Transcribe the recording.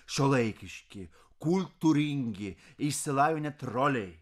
šiuolaikiški kultūringi išsilavinę troliai